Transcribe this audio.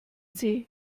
sie